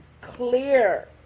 clear